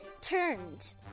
turned